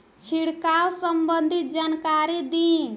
छिड़काव संबंधित जानकारी दी?